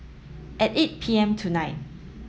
at eight P M tonight